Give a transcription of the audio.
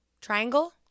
Triangle